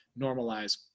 normalize